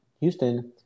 Houston